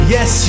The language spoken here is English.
Yes